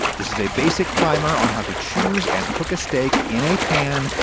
this is a basic primer on how to choose and cook a steak in a pan,